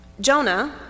Jonah